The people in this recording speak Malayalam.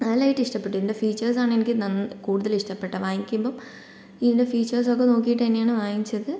നല്ലതായിട്ട് ഇഷ്ടപ്പെട്ടു ഇതിൻ്റെ ഫീച്ചേഴ്സാണ് എനിക്ക് കൂടുതൽ ഇഷ്ടപ്പെട്ടത് വാങ്ങിക്കുമ്പം ഇതിൻ്റെ ഫീച്ചേഴ്സൊക്കെ നോക്കിയിട്ട് തന്നെയാണ് വാങ്ങിച്ചത്